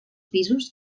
pisos